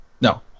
No